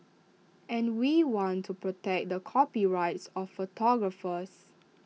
and we want to protect the copyrights of photographers